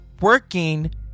working